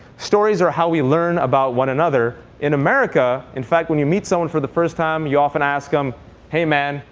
stories are how we learn about one another. in america, in fact, when you meet someone for the first time, you often ask them hey man,